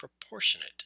proportionate